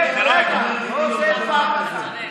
תני לו לסיים.